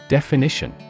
Definition